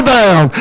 down